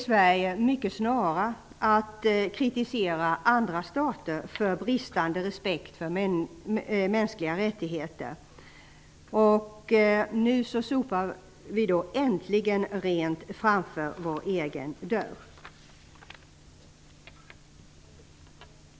Sverige kritiserar snabbt andra stater för bristande respekt för mänskliga rättigheter. Nu sopar vi äntligen rent framför vår egen dörr.